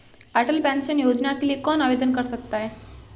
अटल pension योजना के लिए कौन आवेदन कर सकता है?